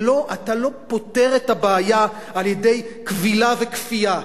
אתה לא פותר את הבעיה על-ידי כבילה וכפייה.